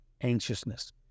anxiousness